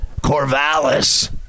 Corvallis